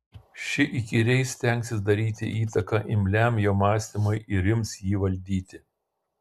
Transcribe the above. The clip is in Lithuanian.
ši įkyriai stengsis daryti įtaką imliam jo mąstymui ir ims jį valdyti